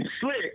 slick